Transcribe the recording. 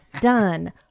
done